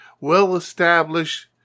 well-established